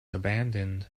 abandoned